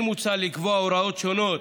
כן מוצע לקבוע הוראות שונות